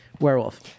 Werewolf